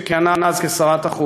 שכיהנה אז כשרת החוץ.